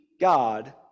God